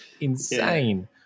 insane